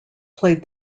played